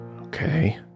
Okay